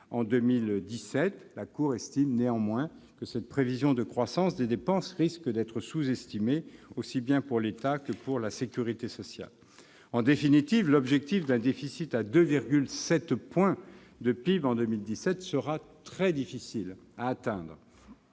en 2017. La Cour estime néanmoins que cette prévision risque d'être sous-estimée, aussi bien pour l'État que pour la sécurité sociale. En définitive, l'objectif d'un déficit de 2,7 points de PIB en 2017 sera très difficile à atteindre.